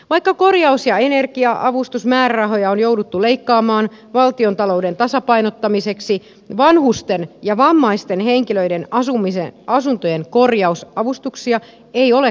vaikka korjaus ja energia avustusmäärärahoja on jouduttu leikkaamaan valtiontalouden tasapainottamiseksi vanhusten ja vammaisten henkilöiden asuntojen korjausavustuksia ei ole karsittu